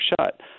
shut